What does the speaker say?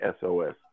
sos